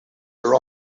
are